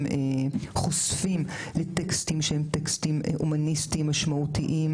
חושפים לטקסטים שהם טקסטים הומניסטיים משמעותיים,